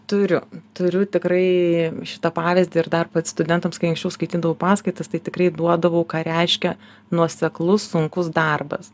turiu turiu tikrai šitą pavyzdį ir dar vat studentams kaip anksčiau skaitydavau paskaitas tai tikrai duodavau ką reiškia nuoseklus sunkus darbas